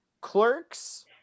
Clerks